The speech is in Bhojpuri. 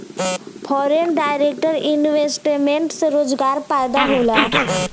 फॉरेन डायरेक्ट इन्वेस्टमेंट से रोजगार पैदा होला